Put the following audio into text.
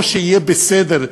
לא ש"יהיה בסדר",